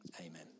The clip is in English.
amen